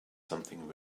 something